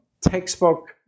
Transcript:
textbook